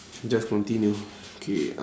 just continue okay